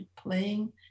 playing